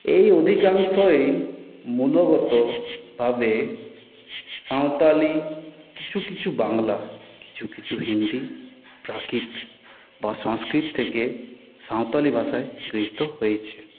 এই অধিকাংশই মূলগতভাবে সাঁওতালি কিছু কিছু বাংলা কিছু কিছু হিন্দি প্রাকৃত বা সংস্কৃত থেকে সাঁওতালি ভাষায় গৃহীত হয়েছে